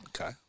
Okay